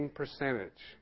percentage